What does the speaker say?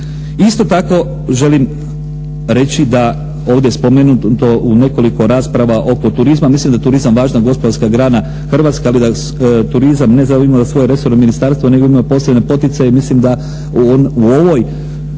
Isto tako želim reći da ovdje spomenuto u nekoliko rasprava oko turizma. Mislim da je turizam važna gospodarska grana Hrvatske, ali da turizam ne samo da ima svoje resorno ministarstvo nego ima i posebne poticaje i mislim da u ovoj,